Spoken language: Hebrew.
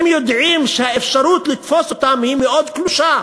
הם יודעים שהאפשרות לתפוס אותם היא מאוד קלושה,